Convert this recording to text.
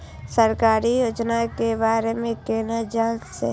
सरकारी योजना के बारे में केना जान से?